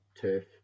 turf